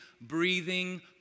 breathing